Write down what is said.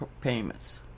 payments